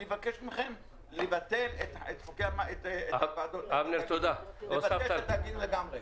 אני מבקש מכם לבטל את התאגיד לגמרי.